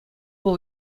вӑл